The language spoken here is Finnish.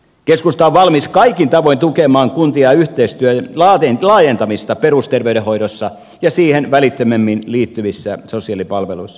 keskusta on valmis kaikin tavoin tukemaan kuntien yhteistyön laajentamista perusterveydenhoidossa ja siihen välittömämmin liittyvissä sosiaalipalveluissa